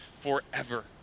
forever